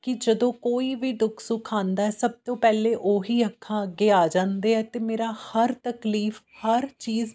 ਕਿ ਜਦੋਂ ਕੋਈ ਵੀ ਦੁੱਖ ਸੁੱਖ ਆਉਂਦਾ ਸਭ ਤੋਂ ਪਹਿਲੇ ਉਹੀ ਅੱਖਾਂ ਅੱਗੇ ਆ ਜਾਂਦੇ ਆ ਅਤੇ ਮੇਰਾ ਹਰ ਤਕਲੀਫ਼ ਹਰ ਚੀਜ਼